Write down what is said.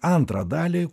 antrą dalį